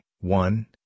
one